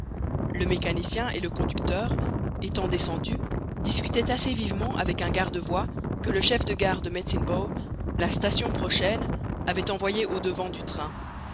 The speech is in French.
le mécanicien et le conducteur étant descendus discutaient assez vivement avec un garde voie que le chef de gare de medicine bow la station prochaine avait envoyé au-devant du train